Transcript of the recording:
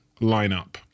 lineup